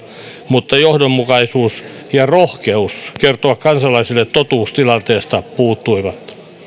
mutta johdonmukaisuus ja rohkeus kertoa kansalaisille totuus tilanteesta puuttuivat suomi